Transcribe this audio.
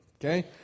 Okay